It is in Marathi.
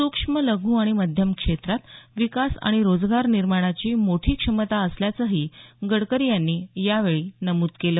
सुक्ष्म लघू आणि मध्यम क्षेत्रात विकास आणि रोजगार निर्माणाची मोठी क्षमता असल्याचंही गडकरी यांनी यावेळी नमूद केलं